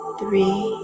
three